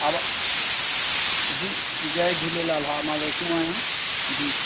आवा जी जय झूलेलाल हा मां वैष्नो आहियां जी